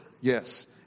yes